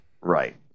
Right